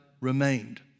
remained